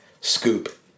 Scoop